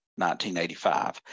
1985